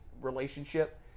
relationship